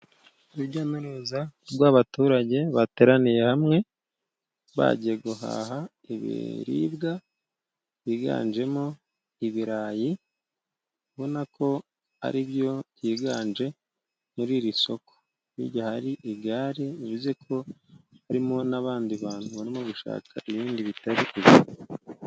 Urujya n'uruza rw'abaturage bateraniye hamwe, bagiye guhaha ibiribwa byiganjemo ibirayi, ubona ko ari byo byiganje muri iri soko, birya hari igare, bivuze ko harimo n'abandi bantu Barimo gushaka ibindi bitari ibi.